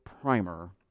primer